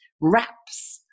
wraps